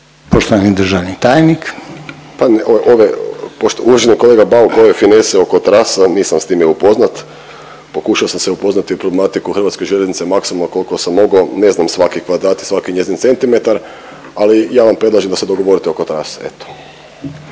Pa ne, ove, ove, uvaženi kolega Bauk, ove finese oko trasa, nisam s time upoznat, pokušao sam se upoznati u problematiku hrvatskih željeznica maksimalno koliko sam mogao, ne znam, svaki kvadrat i svaki njezin centimetar, ali ja vam predlažem da se dogodite oko trase. Eto.